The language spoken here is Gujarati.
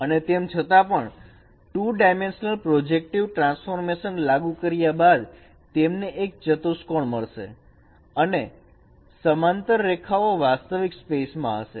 અને તેમ છતાં પણ 2 ડાયમેન્શનલ પ્રોજેક્ટિવ ટ્રાન્સફોર્મેશન લાગુ કર્યા બાદ તેમને એક ચતુષ્કોણ મળશે જ્યાં સમાંતર રેખાઓ વાસ્તવિક સ્પેસ માં હશે